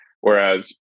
Whereas